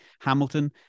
Hamilton